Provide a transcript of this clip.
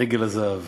עגל הזהב